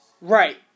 Right